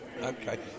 Okay